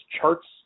charts